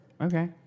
okay